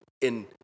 in-